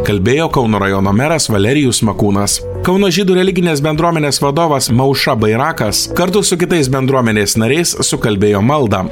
kalbėjo kauno rajono meras valerijus makūnas kauno žydų religinės bendruomenės vadovas maušą bairakas kartu su kitais bendruomeniais nariais sukalbėjo maldą